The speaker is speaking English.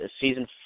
season